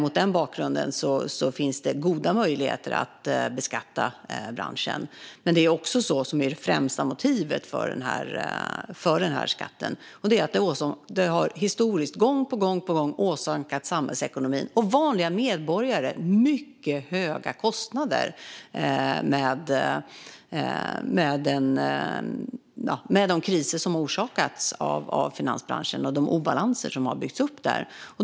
Mot den bakgrunden finns goda möjligheter att beskatta branschen. Det främsta motivet för skatten är att finansbranschen historiskt, gång på gång, på grund av kriser och obalanser har åsamkat samhällsekonomin och vanliga medborgare mycket höga kostnader.